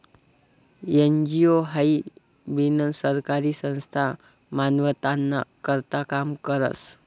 NGO हाई बिनसरकारी संस्था मानवताना करता काम करस